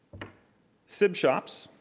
sibshops,